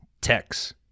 Text